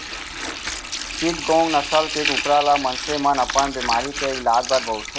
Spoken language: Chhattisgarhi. चिटगोंग नसल के कुकरा ल मनसे मन अपन बेमारी के इलाज बर बउरथे